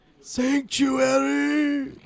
Sanctuary